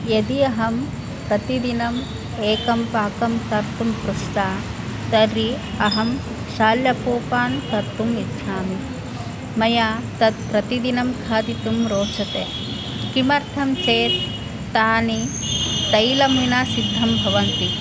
यदि अहं प्रतिदिनम् एकं पाकं कर्तुं पृष्टा तर्हि अहं शाल्यपूपान् कर्तुम् इच्छामि मया तत् प्रतिदिनं खादितुं रोचते किमर्थं चेत् तानि तैलेन विना सिद्धं भवन्ति